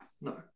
no